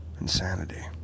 insanity